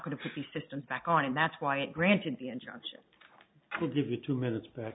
going to put the systems back on and that's why it granted the injunction i'll give it two minutes b